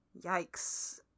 yikes